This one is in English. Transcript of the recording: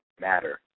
matter